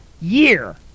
year